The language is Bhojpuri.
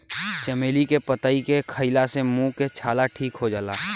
चमेली के पतइ के खईला से मुंह के छाला ठीक हो जाला